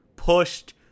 pushed